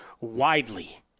widely